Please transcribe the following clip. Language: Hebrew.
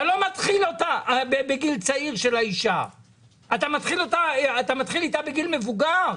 אתה לא מתחיל אותה בגיל צעיר של האישה אלא אתה מתחיל איתה בגיל מבוגר,